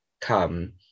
come